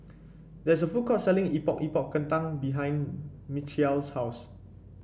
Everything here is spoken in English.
there is a food court selling Epok Epok Kentang behind Michial's house